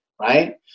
right